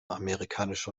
amerikanische